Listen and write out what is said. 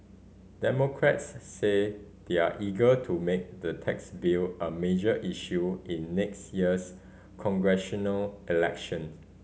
Democrats say they're eager to make the tax bill a major issue in next year's congressional election